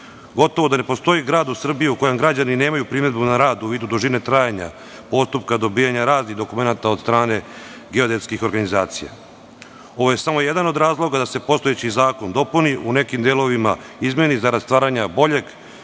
Gotovo da ne postoji gradu u Srbiji u kome građani nemaju primedbu na rad u vidu dužine trajanja postupka dobijanja raznih dokumenata od strane geodetskih organizacija. Ovo je samo jedan od razloga da se postojeći zakon dopuni u nekim delovima izmeni za rad stvaranja boljeg,